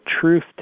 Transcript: truth